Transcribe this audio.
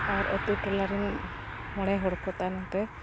ᱟᱨ ᱟᱛᱳ ᱴᱚᱞᱟᱨᱮᱱ ᱢᱚᱬᱮ ᱦᱚᱲ ᱠᱚ ᱛᱟᱭᱱᱚᱢᱛᱮ